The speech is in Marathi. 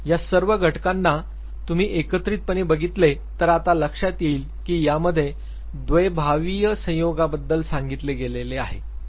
या सर्व घटकांना तुम्ही एकत्रितपणे बघितले तर आता लक्षात येईल की यामध्ये द्वैभावीय संयोगांबद्दल सांगितले गेले आहे